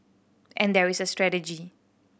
and there is a strategy